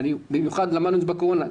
במיוחד למדנו את זה בקורונה,